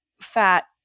fat